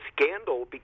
scandal